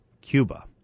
Cuba